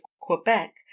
Quebec